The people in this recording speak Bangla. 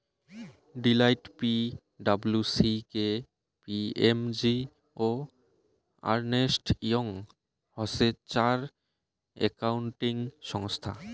Deloitte, P W C, K P M G ও আর্নেস্ট ইয়ং হসে চার একাউন্টিং সংস্থা